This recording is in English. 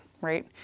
right